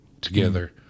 together